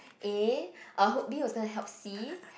A I hope B was gonna help C